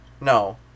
No